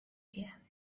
here